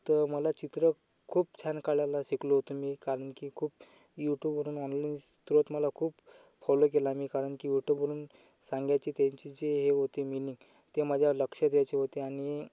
तर मला चित्र खूप छान काढायला शिकलो होतो मी कारण की खूप यूटूबवरून ऑनलाईन स्रोत मला खूप फॉलो केला मी कारण की यूटूबवरून सांगायची त्यांची जे हे होती मीनिंग ते माझ्या लक्षात यायची होती आणि